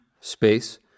space